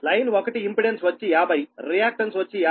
line 1 impedance వచ్చి 50రియాక్టన్స్ వచ్చి 50Ω